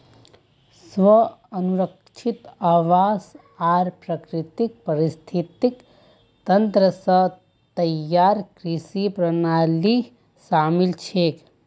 स्व अनुरक्षित आवास आर प्राकृतिक पारिस्थितिक तंत्र स तैयार कृषि प्रणालियां शामिल छेक